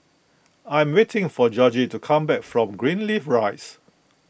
I am waiting for Georgie to come back from Greenleaf Rise